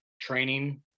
training